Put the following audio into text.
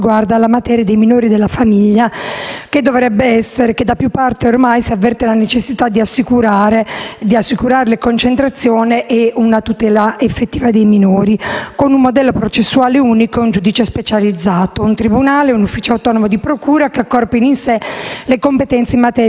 e della famiglia, cui da più parti, ormai, si avverte la necessità di assicurare concentrazione e effettività di tutela dei minori, con un modello processuale unico e un giudice specializzato. Un tribunale, un ufficio autonomo di procura che accorpino in sé le competenze in materia di persone e famiglie minorenni.